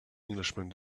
englishman